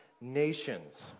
nations